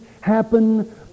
happen